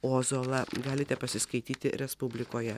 ozolą galite pasiskaityti respublikoje